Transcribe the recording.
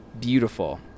beautiful